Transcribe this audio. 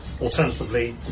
alternatively